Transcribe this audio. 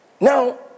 Now